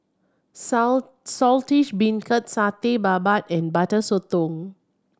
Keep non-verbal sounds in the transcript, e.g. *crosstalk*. *unintelligible* Saltish Beancurd Satay Babat and Butter Sotong